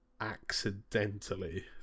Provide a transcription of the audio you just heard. accidentally